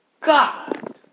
God